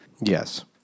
Yes